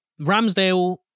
Ramsdale